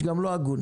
יש גם לא הגונים.